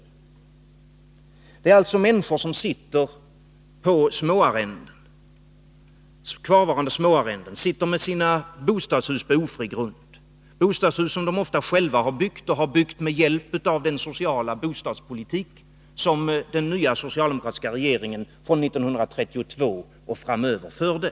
Det är alltså människor som sitter kvar på småarrenden och med sina bostadshus på ofri grund. Ofta har de själva byggt sina hus med hjälp av den sociala bostadspolitik som den socialdemokratiska regeringen från 1932 och framöver förde.